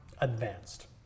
advanced